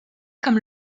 comme